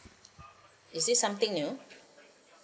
is it something new